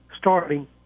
starting